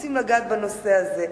רוצים לגעת בנושא הזה.